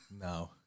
No